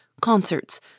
concerts